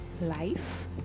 life